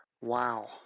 Wow